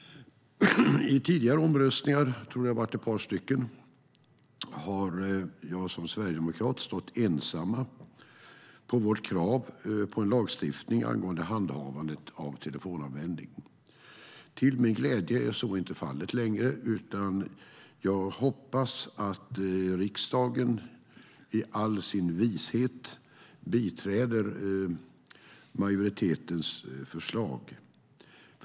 I tidigare omröstningar - jag tror att det har varit ett par stycken - har vi sverigedemokrater stått ensamma bakom vårt krav på lagstiftning angående handhavandet av telefonanvändning. Till min glädje är så inte fallet längre, och jag hoppas att riksdagen i all sin vishet biträder majoritetens förslag.